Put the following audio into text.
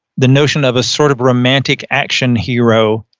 the notion of a sort of romantic action hero,